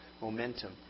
momentum